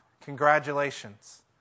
congratulations